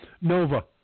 Nova